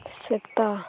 ᱥᱮᱛᱟ